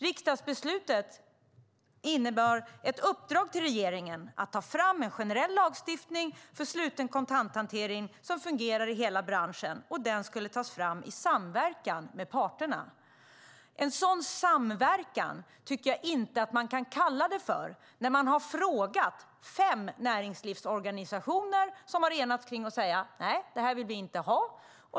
Riksdagsbeslutet innebar ett uppdrag till regeringen att ta fram en generell lagstiftning för sluten kontanthantering som fungerar i hela branschen. Den skulle tas fram i samverkan med parterna. En sådan samverkan tycker jag inte att man kan kalla det för när man har frågat fem näringslivsorganisationer som har enats om att säga att de inte vill ha detta.